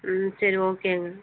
ம் சரி ஓகேங்க